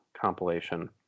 compilation